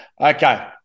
okay